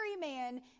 man